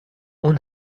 اون